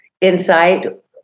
insight